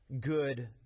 good